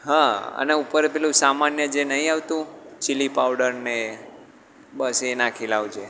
હા અને ઉપર એ પેલું સામાન્ય જે નથી આવતું ચીલી પાવડર ને બસ એ નાખી લાવજે